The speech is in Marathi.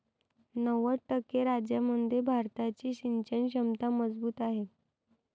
नव्वद टक्के राज्यांमध्ये भारताची सिंचन क्षमता मजबूत आहे